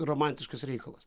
romantiškas reikalas